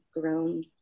grown